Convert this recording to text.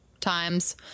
times